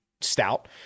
stout